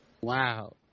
Wow